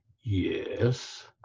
yes